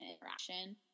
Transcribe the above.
interaction